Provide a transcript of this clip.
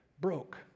broke